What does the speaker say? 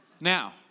Now